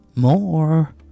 More